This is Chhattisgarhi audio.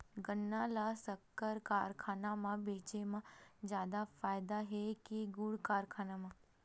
गन्ना ल शक्कर कारखाना म बेचे म जादा फ़ायदा हे के गुण कारखाना म?